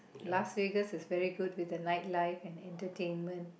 Las Vegas is very good with the night life and entertainment